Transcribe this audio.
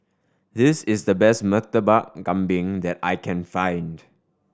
this is the best Murtabak Kambing that I can find